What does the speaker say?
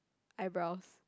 eyebrows